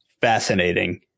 fascinating